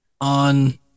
on